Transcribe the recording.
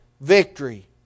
victory